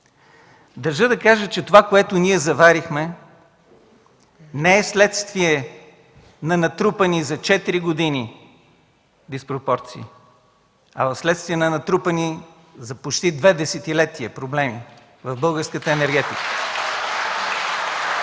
Държа да кажа, че това, което ние заварихме, не е следствие на натрупани за 4 години диспропорции, а вследствие на натрупани за почти две десетилетия проблеми в българската енергетика.